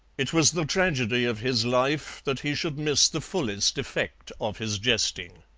it was the tragedy of his life that he should miss the fullest effect of his jesting.